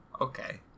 Okay